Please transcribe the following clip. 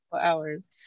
hours